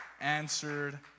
answered